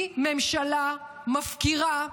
היא ממשלה מפקירה,